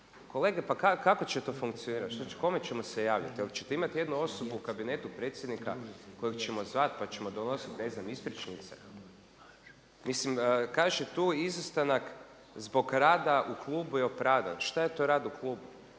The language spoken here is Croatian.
Kolege pa kako će to funkcionirati? Kome ćemo se javljati? Jel ćete imati jednu osobu u kabinetu predsjednika kojeg ćemo zvat pa ćemo donosit ispričnice? Mislim, kaže tu izostanak zbog rada u klubu je opravdan. Šta je to rad u klubu?